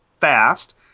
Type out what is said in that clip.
fast